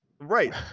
right